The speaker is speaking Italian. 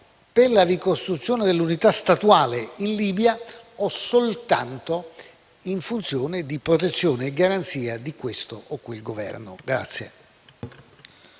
per la ricostruzione dell'unità statuale in Libia o soltanto in funzione di protezione e garanzia di questo o quel Governo.